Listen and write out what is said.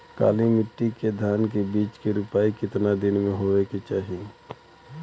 काली मिट्टी के धान के बिज के रूपाई कितना दिन मे होवे के चाही?